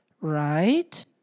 right